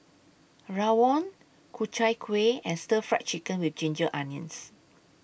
Rawon Ku Chai Kueh and Stir Fried Chicken with Ginger Onions